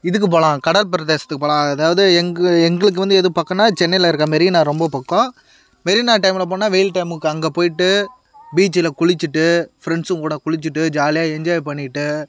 இதுக்கு போகலாம் கடற் பிரதேசத்துக்கு போகலாம் அதாவது எங்கள் எங்களுக்கு வந்து எது பக்கன்னா சென்னையில இருக்கிற மெரினா ரொம்ப பக்கம் மெரினா டைம்ல போனால் வெயில் டைம்க்கு அங்கே போய்ட்டு பீச்சில குளிச்சிட்டு ஃப்ரெண்ட்ஸ்ஸுங்க கூட குளிச்சிட்டு ஜாலியாக என்ஜாய் பண்ணிட்டு